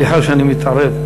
סליחה שאני מתערב.